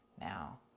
Now